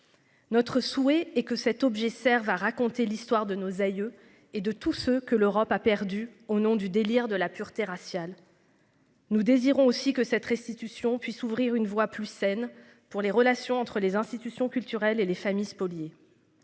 Notre souhait est que cet objet Servent à raconter l'histoire de nos aïeux et de tout ce que l'Europe a perdu au nom du délire de la pureté raciale. Nous désirons aussi que cette restitution puisse ouvrir une voie plus saines pour les relations entre les institutions culturelles et les familles spoliées.